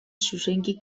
zuzenki